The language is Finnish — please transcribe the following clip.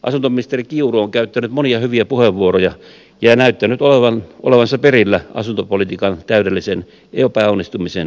asuntoministeri kiuru on käyttänyt monia hyviä puheenvuoroja ja näyttänyt olevansa perillä asuntopolitiikan täydellisen epäonnistumisen seurauksista